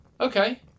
Okay